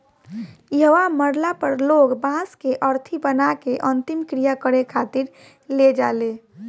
इहवा मरला पर लोग बांस के अरथी बना के अंतिम क्रिया करें खातिर ले जाले